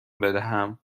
بدهم